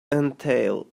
entail